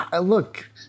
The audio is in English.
Look